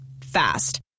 Fast